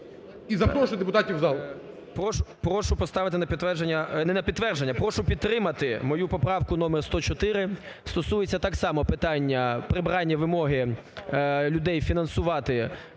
І запрошую депутатів в зал.